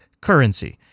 currency